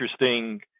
interesting